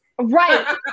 Right